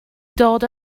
dod